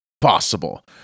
possible